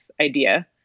idea